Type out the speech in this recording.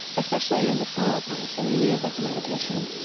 especially in the slower parts, it really is like a meditation